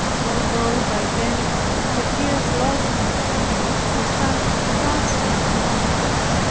although by them it appears lost in him for some transient moments,